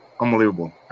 unbelievable